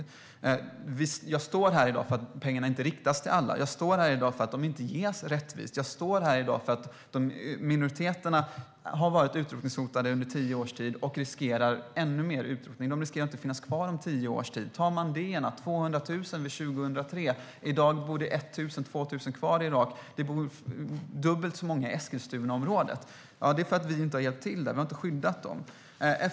I dag står jag här för att pengarna inte riktas till alla, för att de inte ges rättvist och för att minoriteterna har varit utrotningshotade under tio års tid och riskerar detta ännu mer. Minoriteterna riskerar att inte finnas kvar om tio år. År 2003 fanns det 200 000 mandéer. I dag bor det 1 000-2 000 kvar i Irak. Det bor dubbelt så många i Eskilstunaområdet. Detta beror på att vi inte har hjälpt till i området och inte skyddat dem.